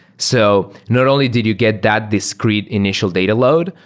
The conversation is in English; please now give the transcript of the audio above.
so not only did you get that discrete initial data load,